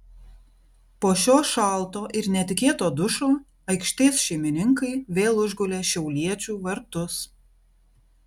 po šio šalto ir netikėto dušo aikštės šeimininkai vėl užgulė šiauliečių vartus